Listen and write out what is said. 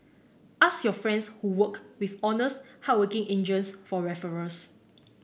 ask your friends who work with honest hardworking agents for referrals